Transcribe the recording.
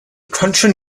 country